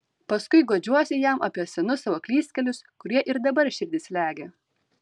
paskui guodžiuosi jam apie senus savo klystkelius kurie ir dabar širdį slegia